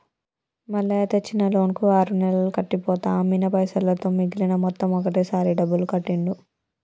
మల్లయ్య తెచ్చిన లోన్ కు ఆరు నెలలు కట్టి పోతా అమ్మిన పైసలతో మిగిలిన మొత్తం ఒకటే సారి డబ్బులు కట్టిండు